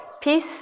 peace